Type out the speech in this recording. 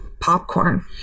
popcorn